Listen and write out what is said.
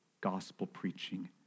gospel-preaching